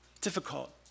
Difficult